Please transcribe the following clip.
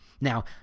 Now